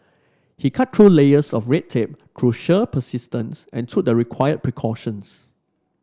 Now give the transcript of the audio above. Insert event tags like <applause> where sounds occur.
he cut through layers of red tape <unintelligible> sheer persistence and took the required precautions